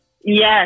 Yes